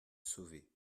sauvée